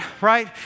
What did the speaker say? right